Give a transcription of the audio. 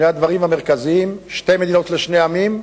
שני הדברים המרכזיים, שתי מדינות לשני עמים,